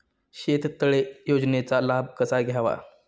शेततळे योजनेचा लाभ कसा घ्यावा?